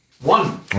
One